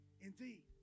indeed